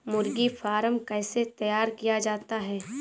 मुर्गी फार्म कैसे तैयार किया जाता है?